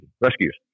rescues